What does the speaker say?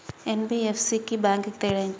NBFC కి bank కి తేడా ఏంటి?